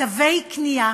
תווי קנייה